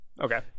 Okay